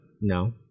No